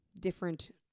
different